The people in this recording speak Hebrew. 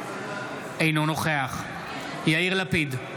אינו נוכח יאיר לפיד,